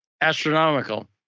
astronomical